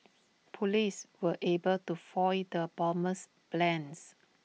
Police were able to foil the bomber's plans